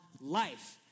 life